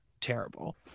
terrible